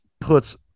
puts